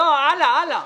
שלא ידעתם.